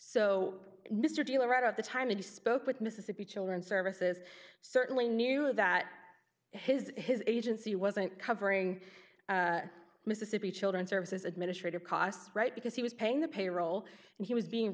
so mr taylor right at the time you spoke with mississippi children's services certainly knew that his his agency wasn't covering mississippi children services administrative costs right because he was paying the payroll and he was being